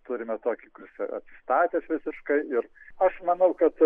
turime tokį kuris atsistatęs visiškai ir aš manau kad